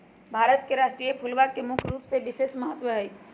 भारत के राष्ट्रीय फूलवा के रूप में कमल के विशेष महत्व हई